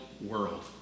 world